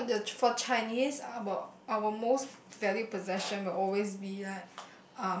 time for the for Chinese how bout our most valid possession that will always be like